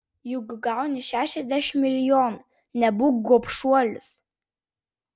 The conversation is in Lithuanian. juk gauni šešiasdešimt milijonų nebūk gobšuolis